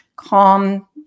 Calm